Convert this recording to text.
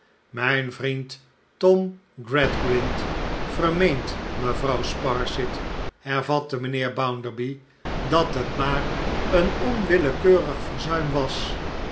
mijn vriend tom gradgrind vermeent mevrouw sparsit hervatte mijnheer bounderby dat het maar een onwillekeurig verzuim was